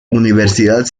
universidad